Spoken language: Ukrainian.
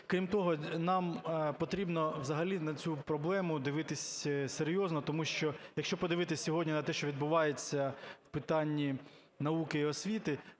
Крім того, нам потрібно взагалі на цю проблему дивитись серйозно. Тому що, якщо подивитися сьогодні на те, що відбувається в питанні науки і освіти,